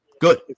good